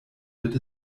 wird